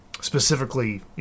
Specifically